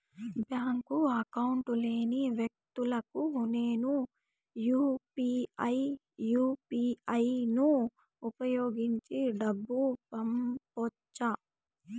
Bank account లేని వ్యక్తులకు నేను యు పి ఐ యు.పి.ఐ ను ఉపయోగించి డబ్బు పంపొచ్చా?